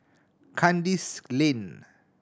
Kandis Lane